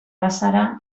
bazara